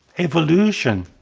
evolution.